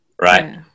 right